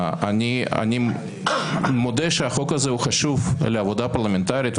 אני מודה שהחוק הזה חשוב לעבודה הפרלמנטרית,